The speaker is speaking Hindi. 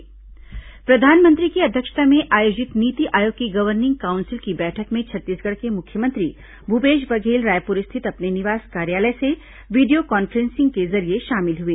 मुख्यमंत्री नीति आयोग प्रधानमंत्री की अध्यक्षता में आयोजित नीति आयोग की गवर्निंग काउंसिल की बैठक में छत्तीसगढ़ के मुख्यमंत्री भूपेश बघेल रायपुर स्थित अपने निवास कार्यालय से वीडियो कॉन्फ्रेंसिंग के जरिये शामिल हुए